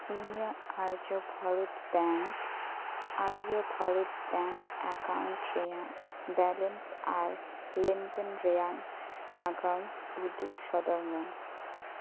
ᱤᱧᱟᱹᱜ Arya Bharat bank Arya Bharat bank account ᱨᱮᱭᱟᱜ balance ᱟᱨ ᱞᱮᱱᱫᱮᱱ ᱨᱮᱭᱟᱜ ᱱᱟᱜᱟᱢ ᱩᱫᱩᱜ ᱥᱚᱫᱚᱨ ᱢᱮ